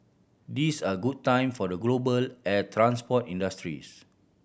these are good times for the global air transport industries